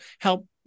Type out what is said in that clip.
help